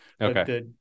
Okay